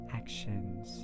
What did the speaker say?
actions